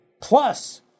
Plus